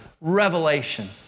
revelation